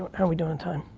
are we doing on time?